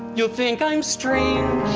you'll think i'm strange.